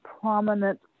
prominent